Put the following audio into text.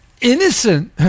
innocent